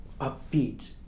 upbeat